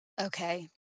Okay